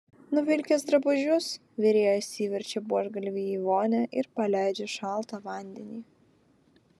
nuvilkęs drabužius virėjas įverčia buožgalvį į vonią ir paleidžia šaltą vandenį